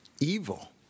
evil